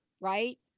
right